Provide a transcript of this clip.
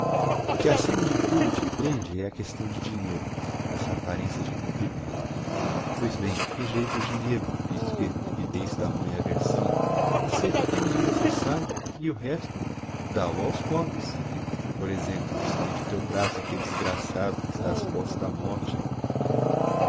o que acima de tudo te prende é a questão de dinheiro essa apparencia de compra e venda pois bem rejeita o dinheiro visto que lhe tens tamanha aversão acceita apenas o necessario e o resto dá o aos pobres por exemplo estende o teu braço áquelle desgraçado que está ás portas da morte